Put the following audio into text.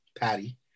Patty